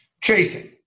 Chasing